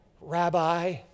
Rabbi